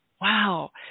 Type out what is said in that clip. Wow